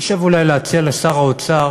חושב אולי להציע לשר האוצר